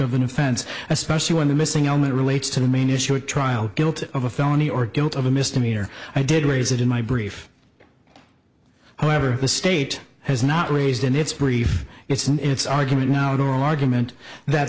of an offense especially when the missing element relates to the main issue at trial guilty of a felony or guilt of a misdemeanor i did raise it in my brief however the state has not raised in its brief its and its argument now the oral argument that